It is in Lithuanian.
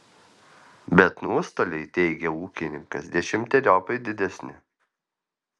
bet nuostoliai teigia ūkininkas dešimteriopai didesni